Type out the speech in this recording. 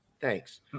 Thanks